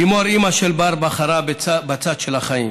לימור, אימא של בר, בחרה בצד של החיים.